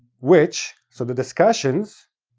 which, so the discussions.